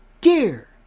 Dear